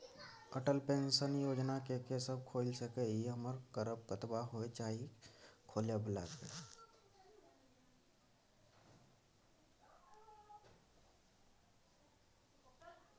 Atal pension योजना के के सब खोइल सके इ आ उमर कतबा होय चाही खोलै बला के?